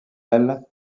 aile